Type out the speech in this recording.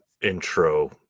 intro